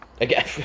Again